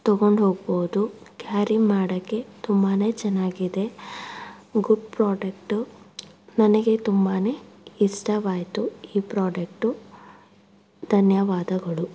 ತೊಗೊಂಡು ಹೋಗ್ಬಹುದು ಕ್ಯಾರಿ ಮಾಡೋಕ್ಕೆ ತುಂಬನೇ ಚೆನ್ನಾಗಿದೆ ಗುಡ್ ಪ್ರಾಡಕ್ಟು ನನಗೆ ತುಂಬನೇ ಇಷ್ಟವಾಯಿತು ಈ ಪ್ರಾಡಕ್ಟು ಧನ್ಯವಾದಗಳು